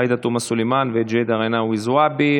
עאידה תומא סלימאן וג'ידא רינאוי זועבי.